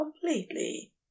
completely